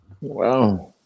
Wow